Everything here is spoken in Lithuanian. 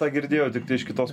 tą girdėjau tiktai iš kitos